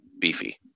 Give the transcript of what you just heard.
Beefy